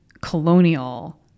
colonial